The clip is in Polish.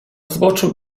zboczu